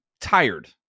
tired